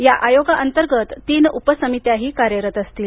या आयोगाअंतर्गत तीन उपसमित्याही कार्यरत असतील